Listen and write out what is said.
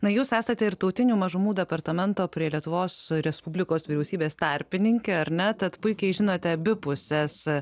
na jūs esate ir tautinių mažumų departamento prie lietuvos respublikos vyriausybės tarpininkė ar ne tad puikiai žinote abi puses